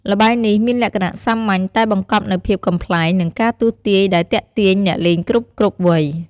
ល្បែងនេះមានលក្ខណៈសាមញ្ញ តែបង្កប់នូវភាពកំប្លែង និងការទស្សន៍ទាយដែលទាក់ទាញអ្នកលេងគ្រប់ៗវ័យ។